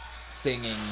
singing